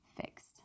fixed